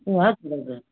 ए हजुर हजुर